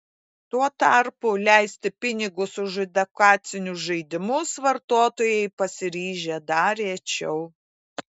tuo tarpu leisti pinigus už edukacinius žaidimus vartotojai pasiryžę dar rečiau